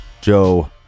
Joe